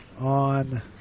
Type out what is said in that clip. on